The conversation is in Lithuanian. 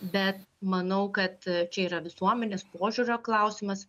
bet manau kad čia yra visuomenės požiūrio klausimas